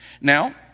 now